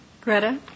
Greta